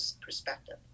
perspective